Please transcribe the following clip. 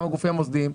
גם הגופים המוסדיים,